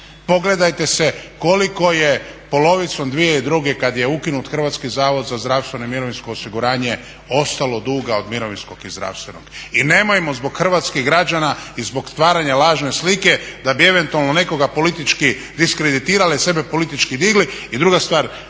Pogledajte se koliko je polovicom 2002. kad je ukinut Hrvatski zavod za zdravstveno i mirovinsko osiguranje ostalo duga od mirovinskog i zdravstvenog. I nemojmo zbog hrvatskih građana i zbog stvaranja lažne slike da bi eventualno nekoga politički diskreditirale sebe politički digli. I druga stvar, nemojte